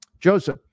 Joseph